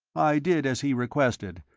i did as he requested,